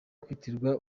kwitirirwa